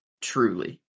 truly